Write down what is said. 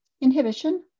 inhibition